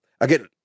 again